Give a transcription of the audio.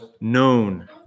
known